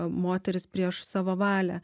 moteris prieš savo valią